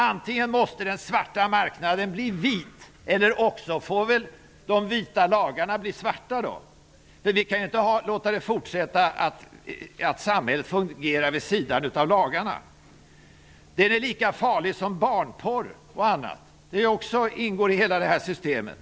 Antingen måste den svarta marknaden bli vit, eller också får väl de vita lagarna bli svarta då. Men vi kan inte låta samhället fortsätta att fungera vid sidan av lagarna. Den svarta sektorn är lika farlig som barnporr, som för övrigt ingår i hela det här systemet.